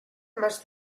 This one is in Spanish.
más